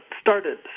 started